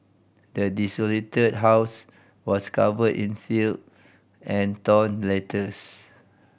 the desolated house was covered in filth and torn letters